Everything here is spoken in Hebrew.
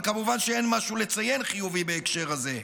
אבל כמובן שאין משהו חיובי לציין בהקשר הזה,